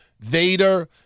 Vader